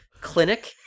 clinic